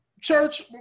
church